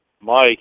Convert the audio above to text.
Mike